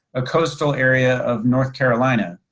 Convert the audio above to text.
a coastal area of north carolina.